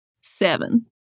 Seven